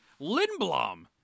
Lindblom